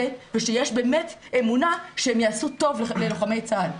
ושיש באמת אמונה שהם י עשו טוב ללוחמי צה"ל?